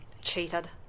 Cheated